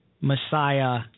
Messiah